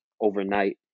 overnight